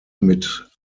mit